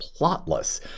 plotless